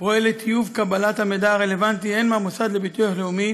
פועל לטיוב קבלת המידע הרלוונטי הן מהמוסד לביטוח לאומי